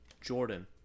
Jordan